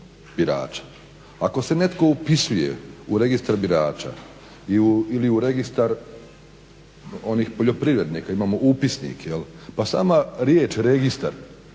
Ako se neko upisuje u registar birača ili u registar onih poljoprivrednika, imamo upisnik, pa sama riječ registar,